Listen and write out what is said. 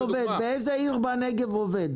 באיזה עיר בנגב אתה עובד?